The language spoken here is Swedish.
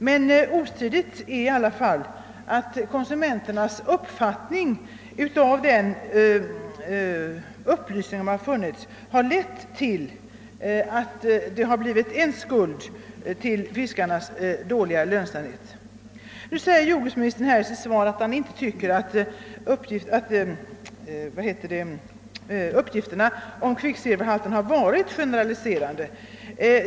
Men ostridigt är att det sätt, varpå konsumenterna kommit att uppfatta den upplysning som bedrivits, är en del av skulden till fiskets dåliga lönsamhet. Nu säger jordbruksministern i sitt svar att han inte tycker att uppgifterna om kvicksilverhalten i fisk har varit generaliserande.